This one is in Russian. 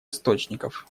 источников